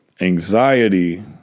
anxiety